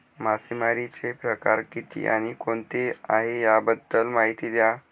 मासेमारी चे प्रकार किती आणि कोणते आहे त्याबद्दल महिती द्या?